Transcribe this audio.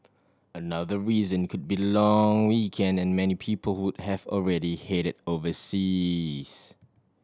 another reason could be long weekend and many people would have already headed overseas